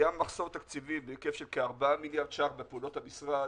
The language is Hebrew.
היה מחסור תקציבי בהיקף של כ-4 מיליארד ₪ בפעולות המשרד